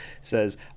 says